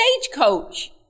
stagecoach